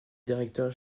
directeur